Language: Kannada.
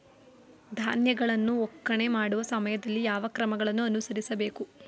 ಧಾನ್ಯಗಳನ್ನು ಒಕ್ಕಣೆ ಮಾಡುವ ಸಮಯದಲ್ಲಿ ಯಾವ ಕ್ರಮಗಳನ್ನು ಅನುಸರಿಸಬೇಕು?